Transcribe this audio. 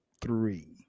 three